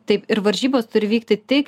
taip ir varžybos turi vykti tik